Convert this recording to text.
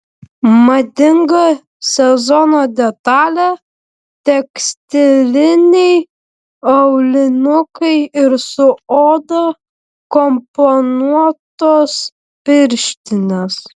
madinga sezono detalė tekstiliniai aulinukai ir su oda komponuotos pirštinės